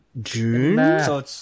June